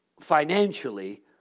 financially